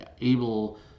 able